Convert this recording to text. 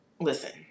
Listen